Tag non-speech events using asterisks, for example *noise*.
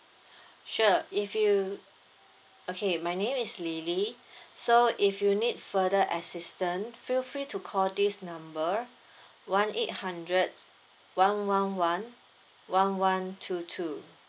sure if you okay my name is lily so if you need further assistant feel free to call this number *breath* one eight hundreds one one one one one two two